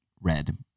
Red